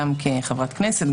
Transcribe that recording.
גם כחברת כנסת,